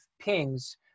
pings